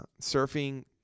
surfing